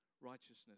righteousness